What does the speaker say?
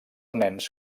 nens